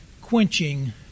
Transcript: quenching